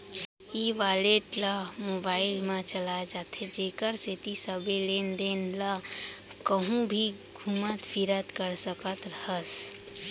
ई wallet ल mobile म चलाए जाथे जेकर सेती सबो लेन देन ल कहूँ भी घुमत फिरत कर सकत हस